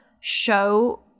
show